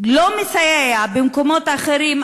לא מסייע במקומות אחרים,